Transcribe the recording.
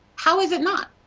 how is it not,